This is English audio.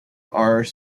are